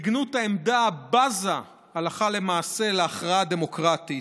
בגנות העמדה הבזה הלכה למעשה להכרעה הדמוקרטית,